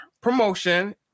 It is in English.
promotion